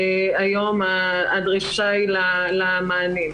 היום הדרישה היא למענה.